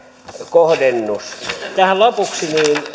kohdennus tähän lopuksi